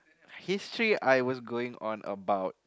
history I was going on about